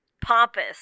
pompous